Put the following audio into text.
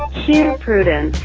here, prudence.